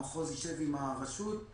המחוז יושב עם הרשות.